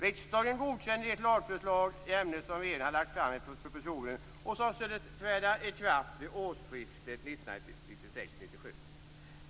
Riksdagen godkände också - det lagförslag i ämnet som regeringen hade lagt fram i propositionen och som skulle träda i kraft vid årsskiftet 1996/97.